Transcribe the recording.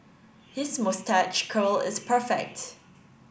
his moustache curl is perfect